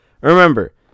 remember